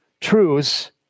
truths